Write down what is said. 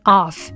off